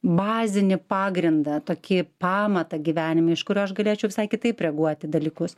bazinį pagrindą tokį pamatą gyvenime iš kurio aš galėčiau visai kitaip reaguoti į dalykus